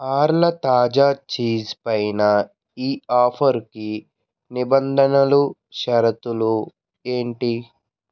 ఆర్ల తాజా చీజ్ పైన ఈ ఆఫరుకి నిబంధనలు షరతులు ఏంటి